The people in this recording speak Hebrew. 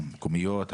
המקומיות,